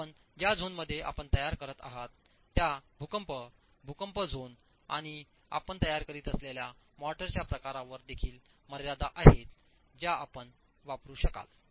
आपण ज्या झोनमध्ये आपण तयार करत आहात त्या भूकंप भूकंप झोन आणि आपण तयार करीत असलेल्या मोर्टारच्या प्रकारावर देखील मर्यादा आहेत ज्या आपण वापरु शकाल